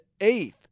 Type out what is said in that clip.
eighth